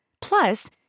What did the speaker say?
Plus